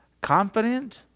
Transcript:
confident